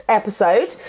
episode